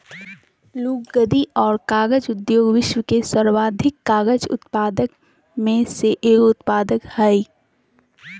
लुगदी और कागज उद्योग विश्व के सर्वाधिक कागज उत्पादक में से एगो उत्पाद हइ